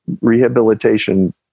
rehabilitation